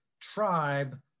tribe